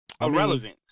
Irrelevant